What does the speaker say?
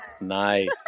Nice